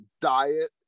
diet